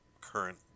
current